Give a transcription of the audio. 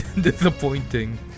disappointing